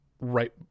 right